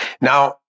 Now